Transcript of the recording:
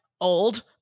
old